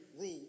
rule